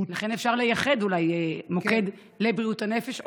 לכן אפשר לייחד מוקד לבריאות הנפש,